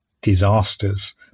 disasters